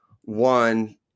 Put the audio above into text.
one